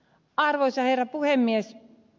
arvoisa herra puhemies